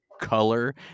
color